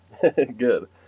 good